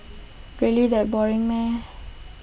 really that boring